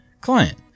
Client